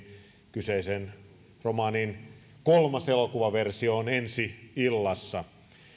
kyseisen romaanin kolmas elokuvaversio on ensi illassa